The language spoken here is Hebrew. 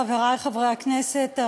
חברי חברי הכנסת,